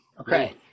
Okay